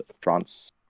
France